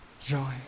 joy